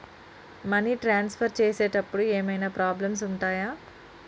Money transfer చేసేటప్పుడు ఏమైనా problems ఉంటయా?